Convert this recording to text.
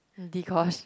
Deekosh